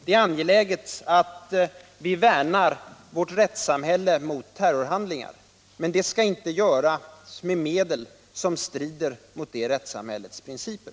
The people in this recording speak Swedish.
Det är angeläget att vi värnar vårt rättssamhälle mot terrorhandlingar, men det skall inte göras med medel som strider mot det rättssamhällets principer.